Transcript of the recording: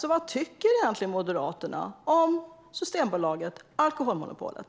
Så vad tycker Moderaterna egentligen om Systembolaget och alkoholmonopolet?